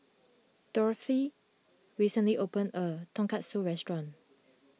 Dorothea recently opened a new Tonkatsu restaurant